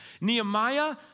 Nehemiah